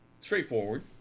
Straightforward